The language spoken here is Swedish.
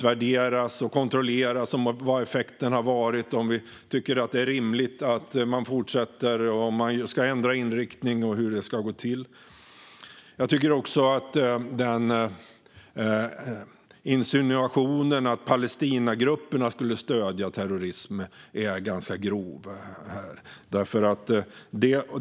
Vi kontrollerar vilken effekten har varit, om vi tycker att det är rimligt att man fortsätter, om man ska ändra inriktning och hur det ska gå till. Jag tycker också att insinuationen att Palestinagrupperna skulle stödja terrorism är ganska grov.